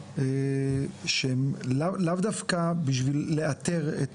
האכיפה שהם לאו דווקא בשביל לאתר את